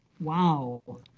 Wow